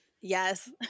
Yes